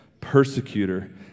persecutor